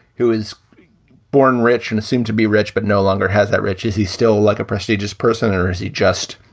who is born rich, and it seemed to be rich, but no longer has that riches. he's still like a prestigious person. or is he just,